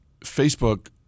Facebook